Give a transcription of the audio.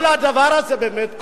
כל הדבר הזה באמת,